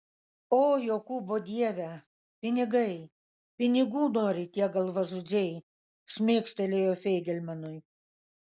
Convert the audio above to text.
o jokūbo dieve pinigai pinigų nori tie galvažudžiai šmėkštelėjo feigelmanui